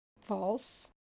false